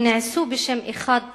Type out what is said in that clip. אם הם נעשו בשם אחת